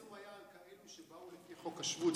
אבל בפרסום היה על כאלה שבאו לפי חוק השבות,